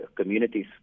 communities